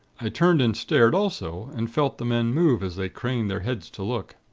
i turned and stared, also, and felt the men move as they craned their heads to look.